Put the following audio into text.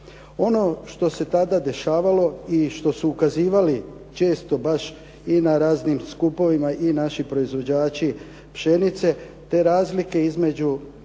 Ono što se tada dešavalo i što su ukazivali često baš i na raznim skupovima i naši proizvođači pšenice te razlike između